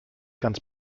ganz